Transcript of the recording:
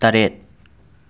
ꯇꯔꯦꯠ